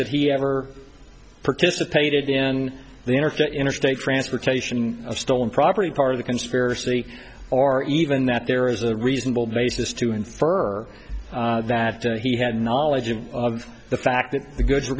that he ever participated in the interstate interstate transportation of stolen property part of the conspiracy or even that there is a reasonable basis to infer that he had knowledge of the fact that the goods were